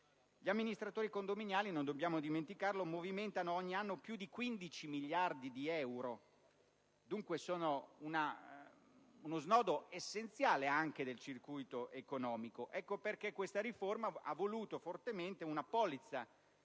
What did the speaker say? Gli amministratori condominiali - non dobbiamo dimenticarlo - movimentano ogni anno più di 15 miliardi di euro, dunque sono uno snodo essenziale anche del circuito economico. Ecco perché questa riforma ha voluto fortemente una polizza